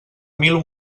mil